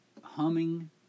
humming